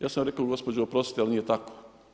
Ja sam rekao gospođo oprostite, ali nije tako.